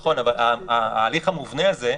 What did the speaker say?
נכון, אבל ההליך המובנה הזה,